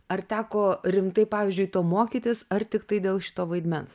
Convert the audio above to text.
ar teko rimtai pavyzdžiui to mokytis ar tiktai dėl šito vaidmens